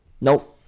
Nope